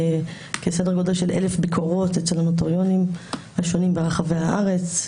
סדר גודל של 1,000 ביקורות אצל הנוטריונים השונים ברחבי הארץ,